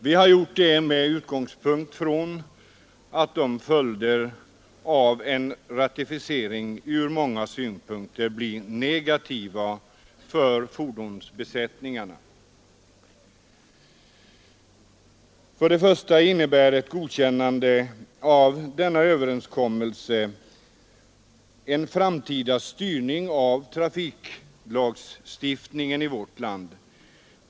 Vi har gjort det med utgångspunkt i att följderna av en ratificering ur många synpunkter blir negativa för fordonsbesättningarna. För det första innebär ett godkännande av denna överenskommelse en framtida styrning av trafiklagstiftningen i vårt land.